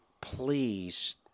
please